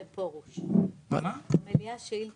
אתה אומר שאתה לא רוצה להרוס את המדינה שהרצל חזה